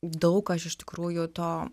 daug aš iš tikrųjų to